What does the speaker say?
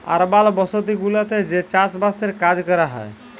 আরবাল বসতি গুলাতে যে চাস বাসের কাজ ক্যরা হ্যয়